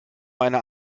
meine